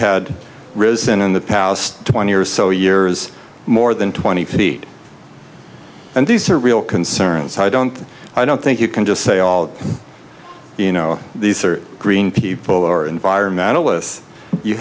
had risen in the past twenty or so years more than twenty feet and these are real concerns and i don't i don't think you can just say all you know these are green people or environmentalist you